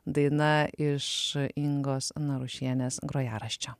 daina iš ingos narušienės grojaraščio